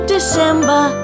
December